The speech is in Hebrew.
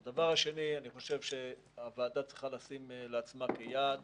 שנית, אני חושב שהוועדה צריכה לשים לעצמה כיעד